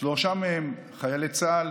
שלושה מהם חיילי צה"ל